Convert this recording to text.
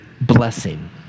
blessing